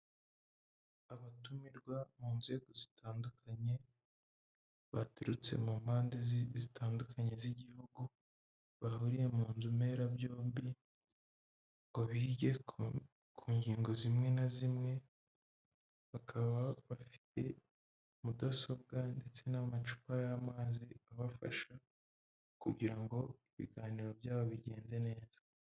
Abatumirwa mu nzego zitandukanye baturutse mu mpande zitandukanye z'igihugu, bahuriye mu nzu mberabyombi, ngo bige ku ngingo zimwe na zimwe, bakaba bafite mudasobwa ndetse n'amacupa y'amazi abafasha, kugira ngo ibiganiro byabo bigende neza.